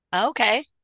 Okay